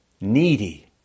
needy